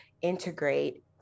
integrate